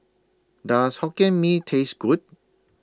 Does Hokkien Mee Taste Good